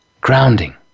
grounding